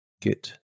get